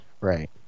Right